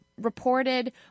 reported